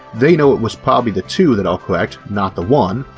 they know it was probably the two that are correct not the one,